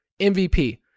MVP